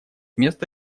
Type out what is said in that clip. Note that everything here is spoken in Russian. место